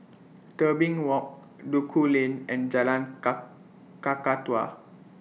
Tebing Walk Duku Lane and Jalan Ka Kakatua